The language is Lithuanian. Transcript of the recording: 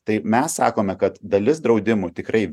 tai mes sakome kad dalis draudimų tikrai